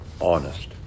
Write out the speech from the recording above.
honest